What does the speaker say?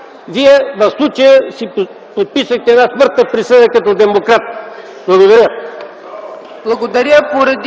Вие в случая си подписахте една смъртна присъда като демократ. Благодаря.